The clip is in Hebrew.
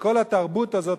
וכל התרבות הזאת,